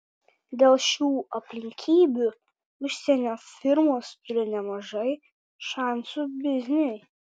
dėl šių aplinkybių užsienio firmos turi nemažai šansų bizniui